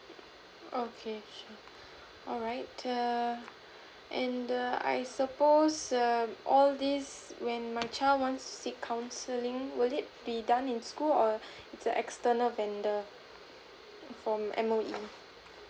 okay sure alright err and the I suppose um all these when my child wants seek counselling would it be done in school or it's a external vendor from M_O_E